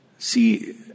See